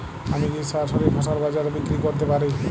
আমি কি সরাসরি ফসল বাজারে বিক্রি করতে পারি?